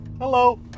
Hello